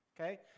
Okay